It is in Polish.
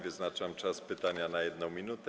Wyznaczam czas pytania na 1 minutę.